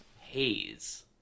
Haze